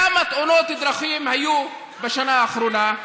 כמה תאונות דרכים היו בשנה האחרונה?